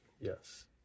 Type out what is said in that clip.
yes